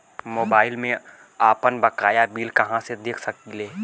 Mobile में आपनबकाया bill कहाँसे देख सकिले?